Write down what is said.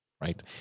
right